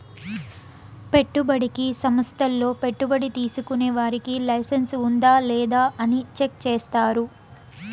పెట్టుబడికి సంస్థల్లో పెట్టుబడి తీసుకునే వారికి లైసెన్స్ ఉందా లేదా అని చెక్ చేస్తారు